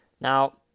Now